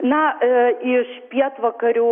na iš pietvakarių